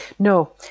no,